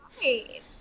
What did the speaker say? Right